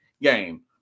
game